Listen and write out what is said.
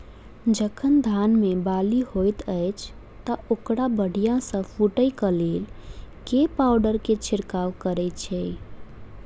जखन धान मे बाली हएत अछि तऽ ओकरा बढ़िया सँ फूटै केँ लेल केँ पावडर केँ छिरकाव करऽ छी?